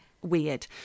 weird